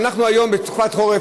אנחנו היום בתקופת חורף.